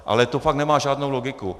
Ale to fakt nemá žádnou logiku.